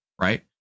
right